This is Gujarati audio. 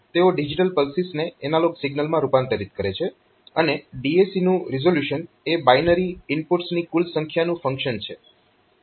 તેઓ ડિજીટલ પલ્સીસને એનાલોગ સિગ્નલ્સમાં રૂપાંતરિત કરે છે અને DAC નું રીઝોલ્યુશન એ બાઈનરી ઇનપુટ્સની કુલ સંખ્યાનું ફંક્શન છે